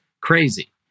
crazy